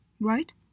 right